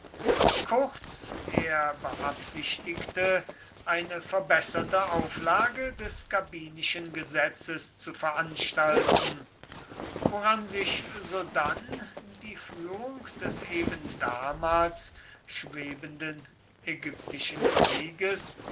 kurz er beabsichtigte eine verbesserte auflage des gabinischen gesetzes zu veranstalten woran sich sodann die führung des eben damals schwebenden ägyptischen krieges